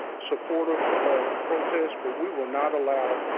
ah supportive of protests, but we will not allow